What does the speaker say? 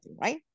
right